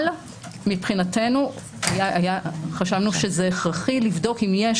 מבחינתנו חשבנו שהכרחי לבדוק אם יש